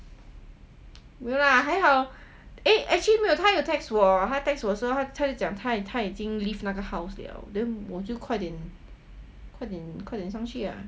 没有 lah 还好 eh actually 没有他有 text 我说他就讲他已经 leave 那个 house 了 then 我就快点快点快点上去 lah